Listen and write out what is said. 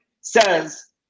says